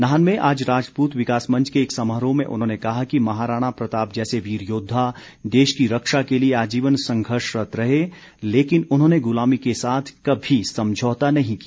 नाहन में आज राजपूत विकास मंच के एक समारोह में उन्होंने कहा कि महाराणा प्रताप जैसे वीर योद्वा देश की रक्षा के लिए आजीवन संघर्षरत रहे लेकिन उन्होंने गुलामी के साथ कमी समझौता नहीं किया